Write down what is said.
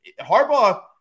Harbaugh